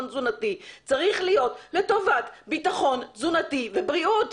תזונתי צריך להיות לטובת בטחון תזונתי ובריאות.